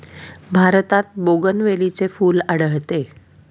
भारतात बोगनवेलीचे फूल आढळते